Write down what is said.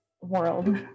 world